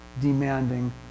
demanding